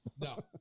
No